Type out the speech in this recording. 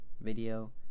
video